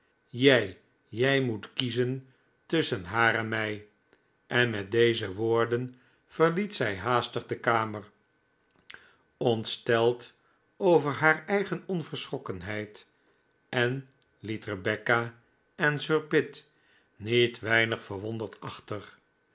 jij jij moet kiezen tusschen haar en mij en met deze woorden verliet zij haastig de kamer o n tsteld over haar eigen onverschrokkenheid en liet rebecca en sir pitt niet weinig verwonderd achter